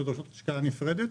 שדורשות השקעה נפרדת,